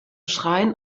schrein